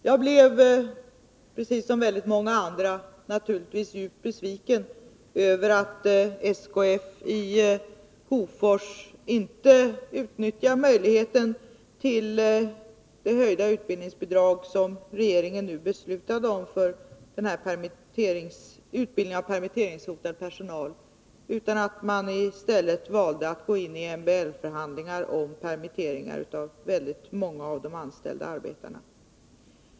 Jag blev naturligtvis precis som många andra djupt besviken över att SKF i Hofors inte utnyttjar den möjlighet till höjt bidrag som regeringen beslutade om för utbildning av permitteringshotad personal utan i stället valde att gå in i MBL-förhandlingar om permitteringar av många anställda arbetare.